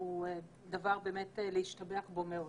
הוא דבר באמת להשתבח בו מאוד.